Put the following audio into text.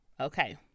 Okay